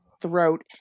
throat